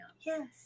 Yes